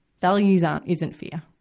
values are, isn't fear.